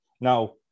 Now